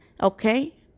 okay